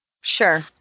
Sure